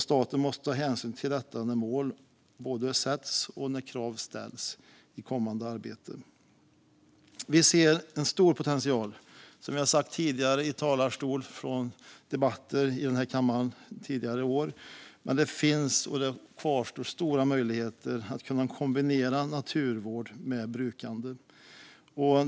Staten måste ta hänsyn till detta när mål sätts och krav ställs i det kommande arbetet. Vi ser som sagt var en stor potential och stora möjligheter att kunna kombinera naturvård med brukande.